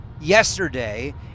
yesterday